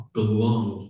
belong